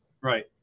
Right